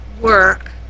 work